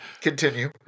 Continue